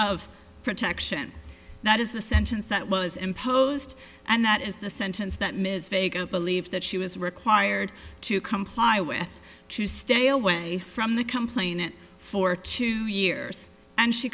of protection that is the sentence that was imposed and that is the sentence that ms vega believes that she was required to comply with to stay away from the complainant for two years and she